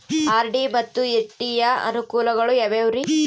RD ಮತ್ತು FD ಯ ಅನುಕೂಲಗಳು ಯಾವ್ಯಾವುರಿ?